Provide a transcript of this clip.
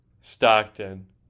Stockton